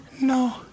no